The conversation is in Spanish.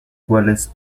cuales